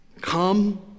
Come